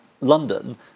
London